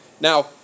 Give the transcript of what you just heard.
Now